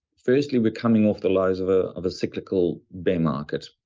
firstly, we're coming off the lows of ah of a cyclical bare market.